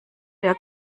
der